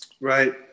Right